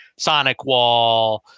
SonicWall